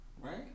Right